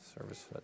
service